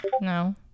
No